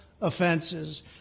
offenses